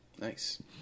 Nice